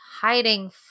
hiding